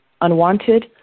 unwanted